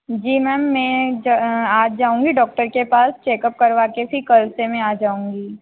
जी ma'am मैं आज जाऊँगी डॉक्टर के पास चेकअप करवा के फिर कल से मैं आ जाऊँगी